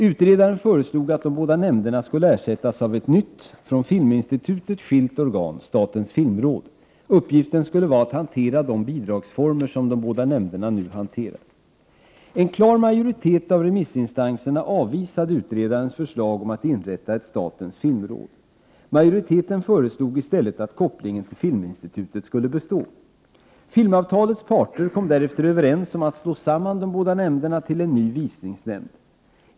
Utredaren föreslog att de båda nämnderna skulle ersättas av ett nytt, från Filminstitutet skilt organ, statens filmråd. Uppgiften skulle vara att hantera de bidragsformer som de båda nämnderna nu hanterar. En klar majoritet av remissinstanserna avvisade utredarens förslag om att inrätta ett statens filmråd. Majoriteten föreslog i stället att kopplingen till Filminstitutet skulle bestå. Filmavtalets parter kom därefter överens om att slå samman de båda nämnderna till en ny Visningsnämnd.